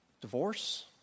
divorce